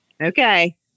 Okay